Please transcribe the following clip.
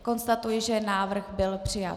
Konstatuji, že návrh byl přijat.